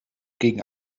gegen